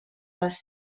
les